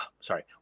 Sorry